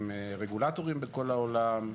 עם רגולטורים בכל העולם,